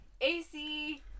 AC